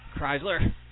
Chrysler